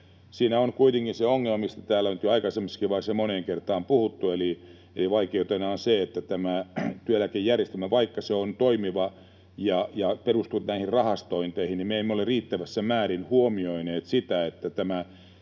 Siinä on kuitenkin se ongelma, mistä täällä nyt jo aikaisemmassakin vaiheessa on moneen kertaan puhuttu, eli vaikeutena on se, että vaikka työeläkejärjestelmä on toimiva ja perustuu rahastointeihin, niin me emme ole riittävässä määrin huomioineet sitä, että